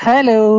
Hello